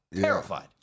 Terrified